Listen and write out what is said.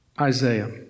Isaiah